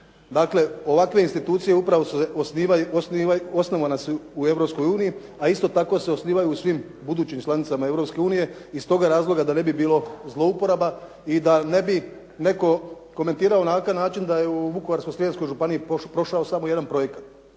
Dakle, ovakve institucije upravo su osnovane u Europskoj uniji a isto tako se osnivaju u svim budućim članicama Europske unije iz toga razloga da ne bi bilo zlouporaba i da ne bi netko komentirao na taj način da je u Vukovarsko-srijemskoj županiji prošao samo jedan projekat.